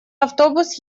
автобус